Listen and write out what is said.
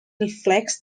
reflects